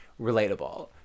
relatable